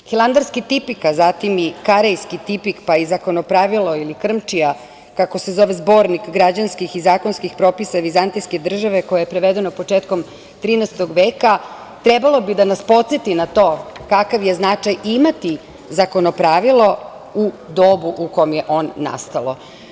Hilandarski tipik, a zatim i Karejski tipik, pa i Zakonopravilo ili Krmčija kako se zove zbornik građanskih i zakonskih propisa vizantijske države koje je prevedeno početkom 13 veka, trebalo bi da nas podseti na to kakav je značaj imati Zakonopravilo u dobu u kome je on nastao.